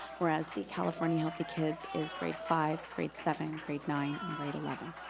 whereas the california healthy kids is grade five, grade seven, grade nine, and grade eleven.